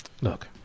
Look